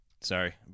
Sorry